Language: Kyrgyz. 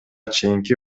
чейинки